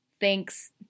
Thanks